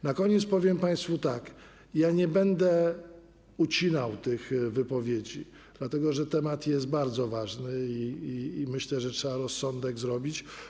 Na koniec powiem państwu tak: nie będę ucinał tych wypowiedzi, dlatego że temat jest bardzo ważny, a myślę, że trzeba rozsądnie to zrobić.